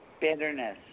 bitterness